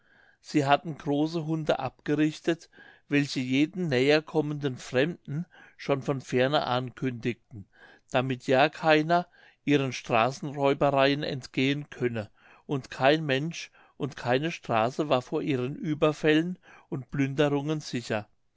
sie hatten große hunde abgerichtet welche jeden näher kommenden fremden schon von ferne ankündigten damit ja keiner ihren straßenräubereien entgehen könne und kein mensch und keine straße war vor ihren ueberfällen und plünderungen sicher